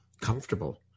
comfortable